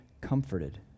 comforted